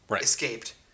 escaped